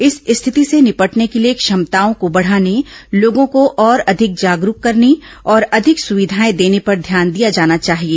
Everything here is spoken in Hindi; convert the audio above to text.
इस स्थिति से निपटने के लिए क्षमताओं को बढाने लोगों को और अधिक जागरूक करने और अधिक सुविधाएं देने पर ध्यान दिया जाना चाहिए